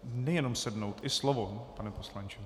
Nejenom sednout, i slovo, pane poslanče!